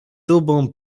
tubą